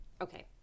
Okay